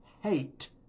hate